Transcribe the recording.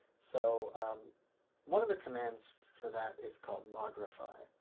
so um one of the commands for that is called mogrify,